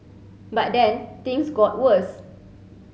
but then things got worse